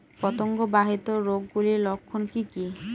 পতঙ্গ বাহিত রোগ গুলির লক্ষণ কি কি?